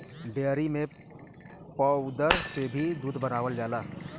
dairy में powder से भी दूध बनावल जाला